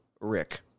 Rick